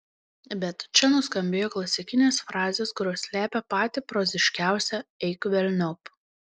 bet čia nuskambėjo klasikinės frazės kurios slepia patį proziškiausią eik velniop